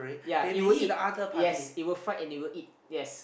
yea it will eat yes it will fight and it will eat yes